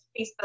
Facebook